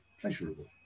pleasurable